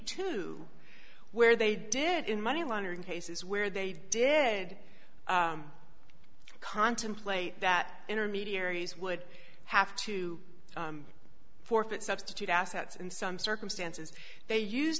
two where they did in money laundering cases where they did contemplate that intermediaries would have to forfeit substitute assets in some circumstances they use